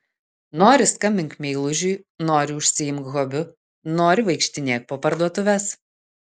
nori skambink meilužiui nori užsiimk hobiu nori vaikštinėk po parduotuves